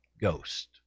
Ghost